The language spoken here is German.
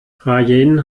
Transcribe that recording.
rayen